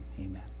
amen